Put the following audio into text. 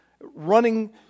running